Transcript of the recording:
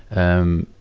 um,